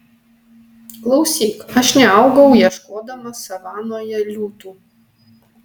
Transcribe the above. klausyk aš neaugau ieškodamas savanoje liūtų